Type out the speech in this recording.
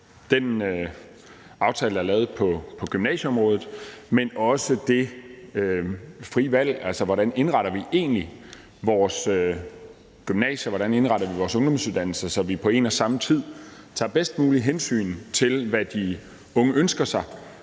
den aftale, der er lavet på gymnasieområdet, men også det frie valg, altså hvordan vi egentlig indretter vores gymnasier, og hvordan vi indretter vores ungdomsuddannelser, så vi på en og samme tid tager bedst muligt hensyn til, hvad de unge ønsker sig